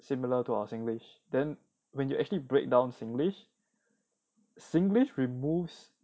similar to our singlish then when you actually break down singlish singlish removes